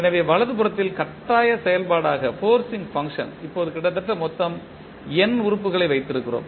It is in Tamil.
எனவே வலதுபுறத்தில் கட்டாய செயல்பாடாக இப்போது கிட்டத்தட்ட மொத்தம் n உறுப்புகளை வைத்திருக்கிறோம்